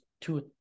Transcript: two